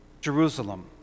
Jerusalem